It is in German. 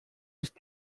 ist